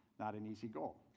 not an easy goal.